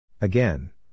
Again